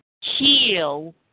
heal